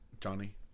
Johnny